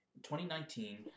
2019